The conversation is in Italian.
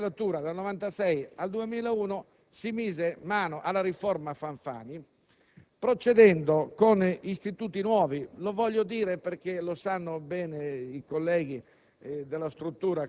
Nella legislatura che va dal 1996 al 2001 si mise mano alla cosiddetta riforma Fanfani, procedendo con istituti nuovi. Lo voglio dire perché - lo sanno bene i colleghi